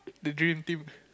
the dream team